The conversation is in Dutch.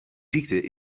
ziekte